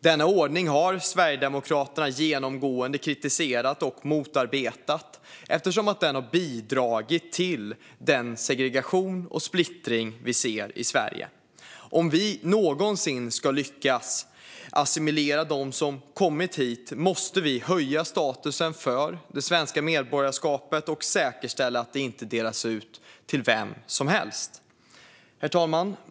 Denna ordning har Sverigedemokraterna genomgående kritiserat och motarbetat eftersom den har bidragit till den segregation och splittring vi ser i Sverige. Om vi någonsin ska lyckas assimilera dem som kommit hit måste vi höja statusen för det svenska medborgarskapet och säkerställa att det inte delas ut till vem som helst. Herr talman!